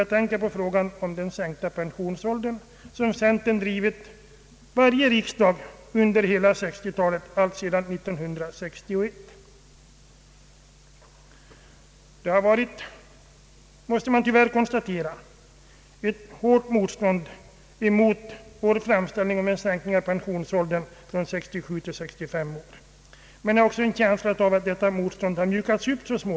Jag tänker på frågan om den sänkta pensionsåldern som centern tagit upp varje riksdag under 1960-talet alltsedan 1961. Man måste tyvärr konstatera att motståndet varit hårt mot vår framställning om en sänkning av pensionsåldern från 67 till 65 år. Men jag har också en känsla av att detta motstånd så småningom mjukats upp.